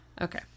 okay